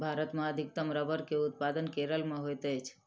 भारत मे अधिकतम रबड़ के उत्पादन केरल मे होइत अछि